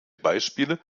beispiele